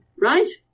right